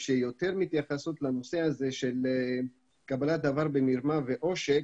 שמתייחסות יותר לנושא הזה של קבלת דבר במרמה ועושק